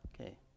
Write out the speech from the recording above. Okay